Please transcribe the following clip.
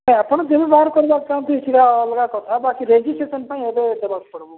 ନାଇଁ ଆପଣ ଯେବେ ବାହାର କରିବାକୁ ଚାହୁଛନ୍ତି ସେଟା ଅଲଗା କଥା ବାକି ରେଜିଷ୍ଟ୍ରେସନ୍ ପାଇଁ ଏବେ ଦେବାକୁ ପଡ଼ିବୁ